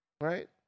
Right